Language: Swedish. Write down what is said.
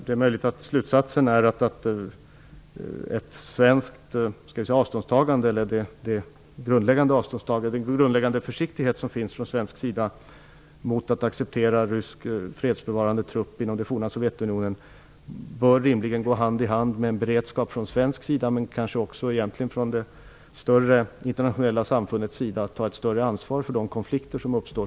Fru talman! Det är möjligt att slutsatsen är att den grundläggande försiktigheten som finns från svensk sida mot att acceptera rysk fredsbevarande trupp inom det forna Sovjetunionen rimligen bör gå hand i hand med en beredskap från svensk sida, och kanske även från det större internationella samfundets sida, att ta ett större ansvar för de konflikter som uppstår.